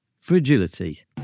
Fragility